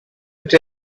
but